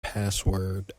password